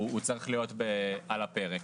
הוא צריך להיות על הפרק.